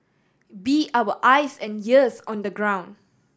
be our eyes and ears on the ground